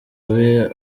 abe